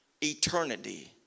Eternity